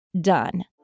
done